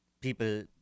people